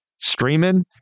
streaming